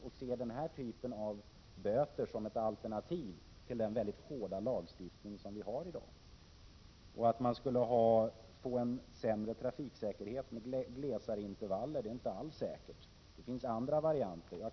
Vi ser den av oss föreslagna typen av böter som ett alternativ till den mycket hårda lagstiftning som vi i dag har. Att man skulle få en sämre trafiksäkerhet om man hade glesare intervaller mellan besiktningarna är inte alls säkert. Det finns andra varianter. Prot.